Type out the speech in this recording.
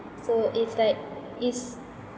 so it's like is